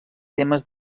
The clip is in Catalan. temes